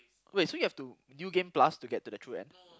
wait so you have to do you gain plus to get to the true end